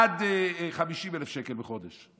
עד 50,000 שקל בחודש.